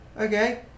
Okay